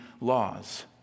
laws